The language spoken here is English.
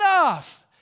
enough